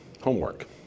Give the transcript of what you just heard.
homework